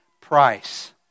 price